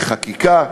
לחקיקה.